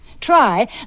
Try